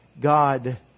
God